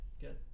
Good